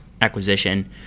acquisition